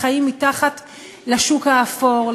לחיים מתחת לשוק האפור,